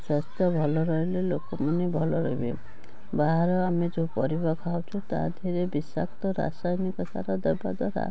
ସ୍ୱାସ୍ଥ୍ୟ ଭଲ ରହିଲେ ଲୋକମାନେ ଭଲ ରହିବେ ବାହାର ଆମେ ଯେଉଁ ପରିବା ଖାଉଛୁ ତା ଦେହରେ ବିଷାକ୍ତ ରାସାୟନିକ ସାର ଦେବା ଦ୍ଵାରା